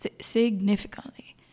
Significantly